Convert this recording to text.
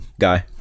guy